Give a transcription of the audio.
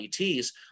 ETs